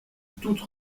toute